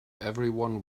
everyone